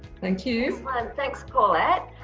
thank you thanks paulette.